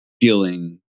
feeling